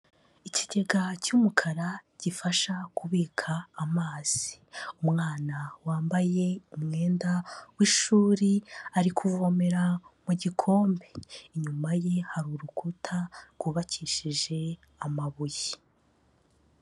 Ikigega cy'umukara gifasha kubika amazi, umwana wambaye umwenda w'ishuri ari kuvomera mu gikombe, inyuma ye hari urukuta rwubakishije amabuye.